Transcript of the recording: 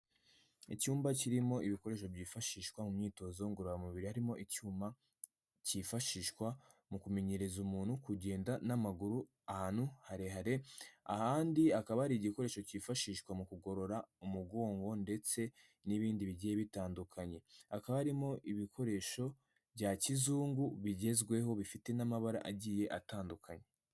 Icyumba kirimo ibikoresho byifashishwa mu myitozo ngororamubiri harimo icyuma kifashishwa mu kumenyereza umuntu kugenda n'amaguru ahantu harehare, ahandi hakaba hari igikoresho kifashishwa mu kugorora umugongo ndetse n'ibindi bigiye bitandukanye, hakaba harimo ibikoresho bya kizungu bigezweho bifite n'amabara agiye atandukanye.